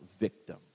victim